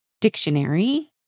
Dictionary